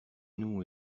nous